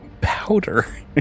Powder